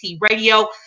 Radio